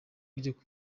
isoko